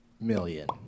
million